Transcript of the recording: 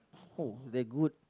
oh that good